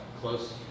Close